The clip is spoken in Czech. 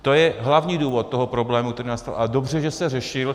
To je hlavní důvod problému, který nastal, ale dobře, že se řešil.